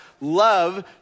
love